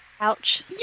Ouch